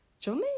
Johnny